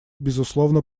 безусловно